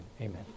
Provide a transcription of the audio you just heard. amen